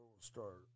start